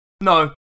No